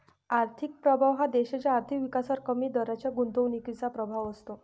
आर्थिक प्रभाव हा देशाच्या आर्थिक विकासावर कमी दराच्या गुंतवणुकीचा प्रभाव असतो